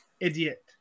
Idiot